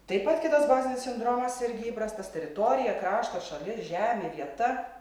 taip pat kitos bazinis sindromas irgi įprastas teritorija kraštas šalis žemė vieta